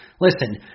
Listen